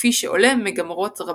כפי שעולה מגמרות רבות.